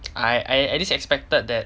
I I at least expected that